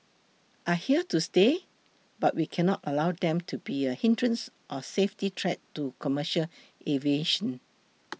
are here to stay but we cannot allow them to be a hindrance or safety threat to commercial aviation